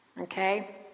Okay